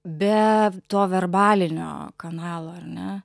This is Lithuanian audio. be to verbalinio kanalo ar ne